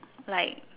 like